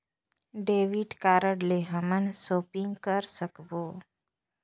Debit card ले हमन shopping करे सकबो?